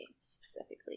specifically